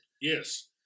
Yes